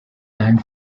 land